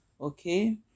okay